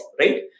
right